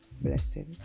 blessing